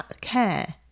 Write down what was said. care